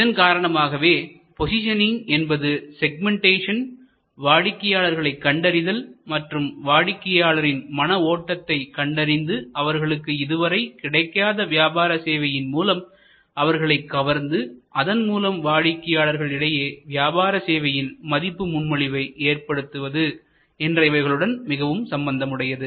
இதன் காரணமாகவே போசிஷனிங் என்பது செக்மெண்டேஷன் வாடிக்கையாளர்களை கண்டறிதல் மற்றும் வாடிக்கையாளரின் மன ஓட்டத்தை கண்டறிந்து அவர்களுக்கு இது வரை கிடைக்காத வியாபார சேவையின் மூலம் அவர்களைக் கவர்ந்து அதன் மூலம் வாடிக்கையாளர்கள் இடையே வியாபார சேவையின் மதிப்பு முன்மொழிவை ஏற்படுத்துவது என்ற இவைகளுடன் மிகவும் சம்பந்தம் உடையது